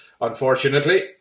unfortunately